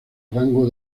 rango